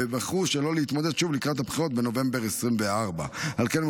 ויבחרו שלא להתמודד שוב לקראת הבחירות בנובמבר 2024. על כן,